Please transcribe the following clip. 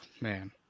man